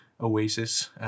oasis